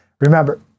Remember